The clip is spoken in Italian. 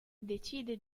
decide